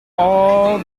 all